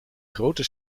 grote